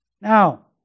Now